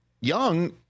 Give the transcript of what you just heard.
Young